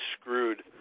screwed